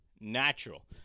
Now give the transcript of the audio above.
natural